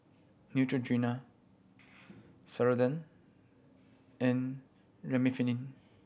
Neutrogena Ceradan and Remifemin